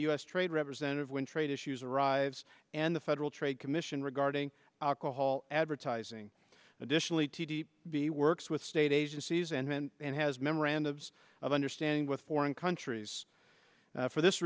the u s trade representative when trade issues arrives and the federal trade commission regarding alcohol advertising additionally tedy the works with state agencies and has memorandums of understanding with foreign countries for this